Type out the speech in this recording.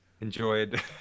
enjoyed